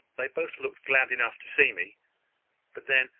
they both looked glad enough to see me but then,